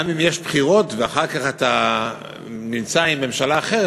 גם אם יש בחירות ואחר כך אתה נמצא עם ממשלה אחרת,